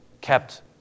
kept